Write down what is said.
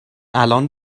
الان